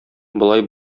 болай